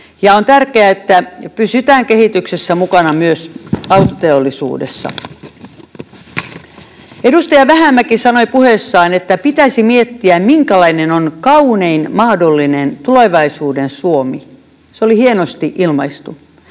On tärkeää, että pysytään kehityksessä mukana myös autoteollisuudessa. Edustaja Vähämäki sanoi puheessaan, että pitäisi miettiä, minkälainen on kaunein mahdollinen tulevaisuuden Suomi. Se oli hienosti ilmaistu.